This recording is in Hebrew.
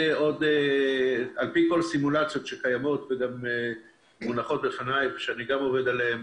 ועל פי כל הסימולציות שקיימות שגם אני עובד עליהן